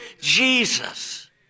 Jesus